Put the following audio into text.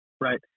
right